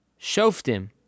Shoftim